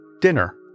dinner